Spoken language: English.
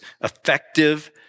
effective